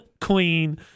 Queen